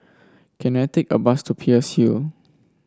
can I take a bus to Peirce Hill